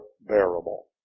bearable